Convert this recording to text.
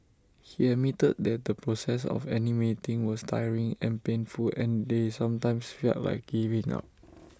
he admitted that the process of animating was tiring and painful and they sometimes felt like giving up